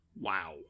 wow